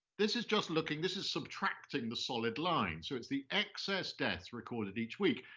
this is just looking, this is subtracting the solid line. so it's the excess deaths recorded each week.